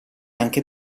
anche